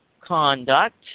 conduct